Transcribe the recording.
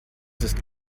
ist